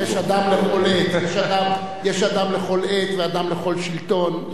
יש אדם לכל עת ואדם לכל שלטון.